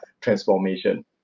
transformation